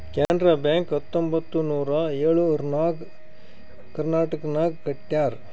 Canara bank ಹತ್ತೊಂಬತ್ತ್ ನೂರಾ ಎಳುರ್ನಾಗ್ ಕರ್ನಾಟಕನಾಗ್ ಕಟ್ಯಾರ್